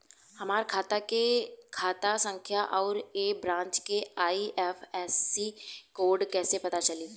हमार खाता के खाता संख्या आउर ए ब्रांच के आई.एफ.एस.सी कोड कैसे पता चली?